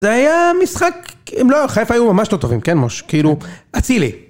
זה היה משחק, הם לא, חיפה היו ממש לא טובים, כן מוש? כאילו, אצילי.